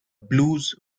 blues